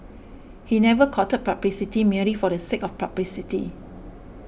he never courted publicity merely for the sake of publicity